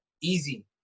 easy